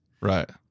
right